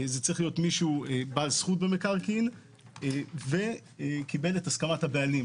זה צריך להיות מישהו בעל זכות במקרקעין וקיבל את הסכמת הבעלים.